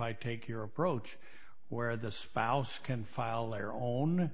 i take your approach where the spouse can file their own